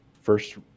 first